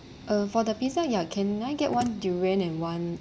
uh for the pizza ya can I get one durian and one